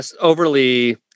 overly